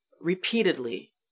repeatedly